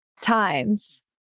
times